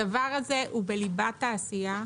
הדבר הזה הוא בליבת העשייה.